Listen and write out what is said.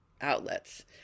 outlets